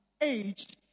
age